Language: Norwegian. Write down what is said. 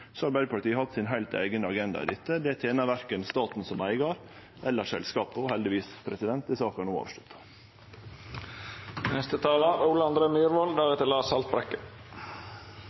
Arbeidarpartiet hatt sin heilt eigen agenda i dette. Det tener verken staten som eigar eller selskapet, og heldigvis er saka no avslutta.